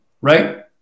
right